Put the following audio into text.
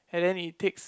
and then it takes